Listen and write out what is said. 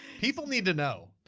people need to know.